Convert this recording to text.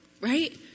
right